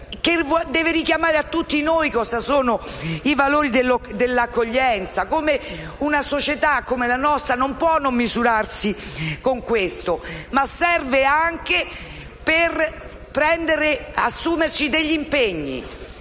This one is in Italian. solo richiamare a tutti noi i valori dell'accoglienza. Una società come la nostra non può non misurarsi con questo. Serve anche per assumerci degli impegni